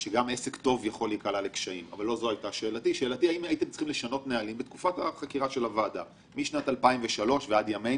מתייחסת ללירה הטורקית או ללקוח ספציפי.